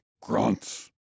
Grunts